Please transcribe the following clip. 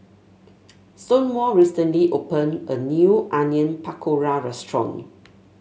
Stonewall recently opened a new Onion Pakora restaurant